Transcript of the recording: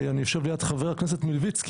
אני יושב ליד חבר הכנסת מלביצקי,